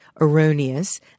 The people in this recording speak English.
erroneous